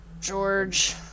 George